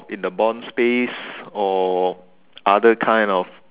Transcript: in the bonds space or other kind of